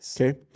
Okay